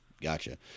gotcha